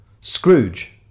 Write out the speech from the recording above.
Scrooge